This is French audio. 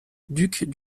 duc